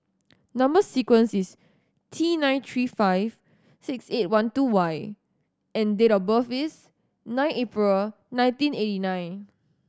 number sequence is T nine three five six eight one two Y and date of birth is nine April nineteen eighty nine